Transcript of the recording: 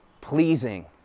pleasing